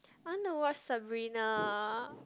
I want to watch Sabrina